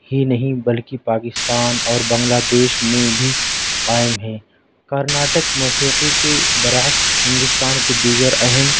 ہی نہیں بلکہ پاکستان اور بنگلہ دیش میں بھی قائم ہیں کرناٹک موسیقی کے برعکس ہندوستان کے دیگر اہم